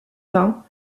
pain